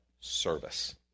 service